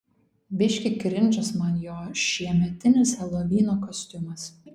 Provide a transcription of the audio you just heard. biškį krindžas man jo šiemetinis helovyno kostiumas